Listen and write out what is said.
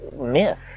myth